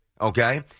Okay